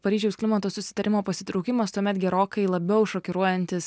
paryžiaus klimato susitarimo pasitraukimas tuomet gerokai labiau šokiruojantis